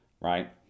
right